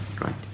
right